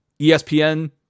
ESPN